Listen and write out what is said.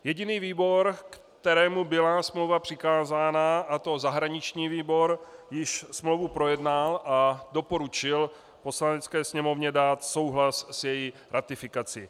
Jediný výbor, kterému byla smlouva přikázána, a to zahraniční výbor, již smlouvu projednal a doporučil Poslanecké sněmovně dát souhlas s její ratifikací.